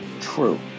true